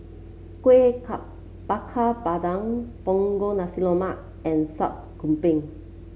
Kuih Bakar Pandan Punggol Nasi Lemak and Sup Kambing